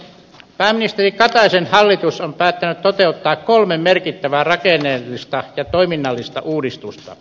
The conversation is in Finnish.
pääministeri kataisen hallitus on päättänyt toteuttaa kolme merkittävää rakenteellista ja toiminnallista uudistusta